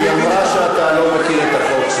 היא אמרה שאתה לא מכיר את החוק.